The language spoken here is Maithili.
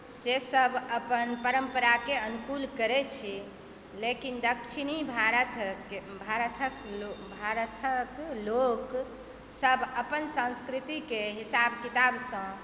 से सब अपन परम्परा के अनुकूल करै छी लेकिन दक्षिणी भारतके लोक सब अपन संस्कृति के हिसाब किताब सँ